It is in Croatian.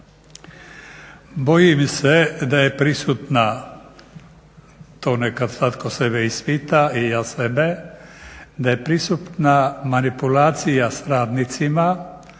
i ja sebe, da je prisutna manipulacija sa radnicima,